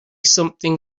something